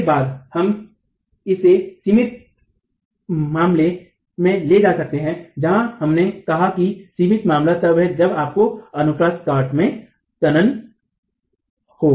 इसके बाद हम इसे सीमित मामले में ले जा सकते हैं जहां हमने कहा कि सीमित मामला तब है जब आपको अनुप्रस्थ काट में तनन हो